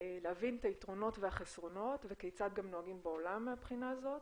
להבין את היתרונות ואת החסרונות וכיצד גם פועלים בעולם מהבחינה הזאת.